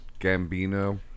gambino